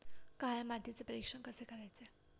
काळ्या मातीचे परीक्षण कसे करायचे?